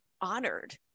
honored